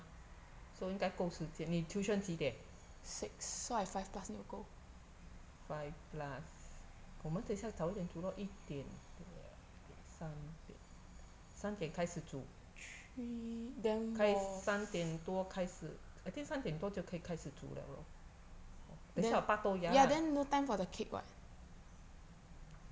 so 应该够时间你 tuition 几点 five plus 我们等一下早一点煮 lor 一点两点三点三点开始煮三点多开始 I think 三点多就可以开始煮了: san dian duo jiu ke yi kai shi zhu liao lor 等一下我拔豆芽啦